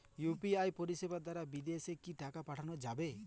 UPI পরিষেবা দারা বিদেশে কি টাকা পাঠানো যাবে?